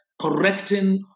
correcting